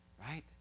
Right